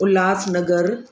Ulhasnagar